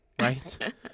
right